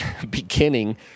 beginning